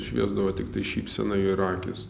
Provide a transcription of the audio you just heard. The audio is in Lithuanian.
šviesdavo tiktai šypsena jo ir akys